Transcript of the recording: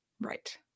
Right